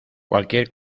cualquier